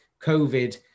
COVID